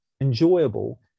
enjoyable